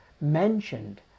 mentioned